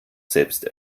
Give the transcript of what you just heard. selbst